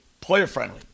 player-friendly